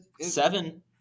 seven